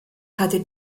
hatte